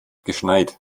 geschneit